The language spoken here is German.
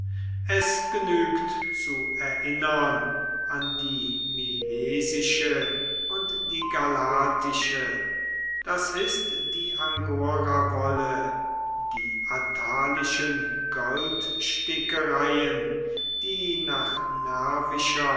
es genügt zu erinnern an die milesische und die galatische das ist die angorawolle die attalischen goldstickereien die nach